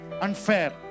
unfair